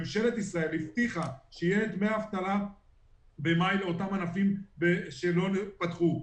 ממשלת ישראל הבטיחה שיהיו דמי אבטלה במאי לאותם ענפים שלא פתחו.